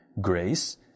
grace